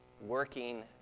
working